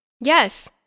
Yes